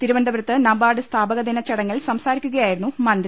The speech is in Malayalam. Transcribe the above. തിരുവനന്തപുരത്ത് നബാർഡ് സ്ഥാപകദിനച്ചടങ്ങിൽ സംസാരിക്കുകയായിരുന്നു മന്ത്രി